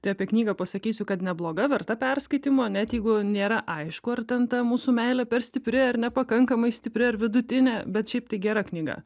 tai apie knygą pasakysiu kad nebloga verta perskaitymo net jeigu nėra aišku ar ten ta mūsų meilė per stipri ar nepakankamai stipri ar vidutinė bet šiaip tai gera knyga